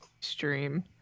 stream